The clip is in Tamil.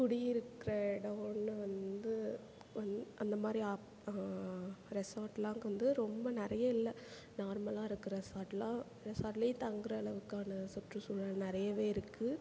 குடியிருக்கிற இடோன்னு வந்து வன் அந்த மாதிரி ரெசாட்லாம் அங்கே வந்து ரொம்ப நிறைய இல்லை நார்மலாக இருக்க ரெசாட்லாம் ரெசாட்லயே தங்குற அளவுக்கான சுற்றுச்சூழல் நிறையவே இருக்குது